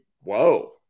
Whoa